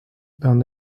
vingt